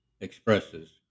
expresses